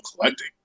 collecting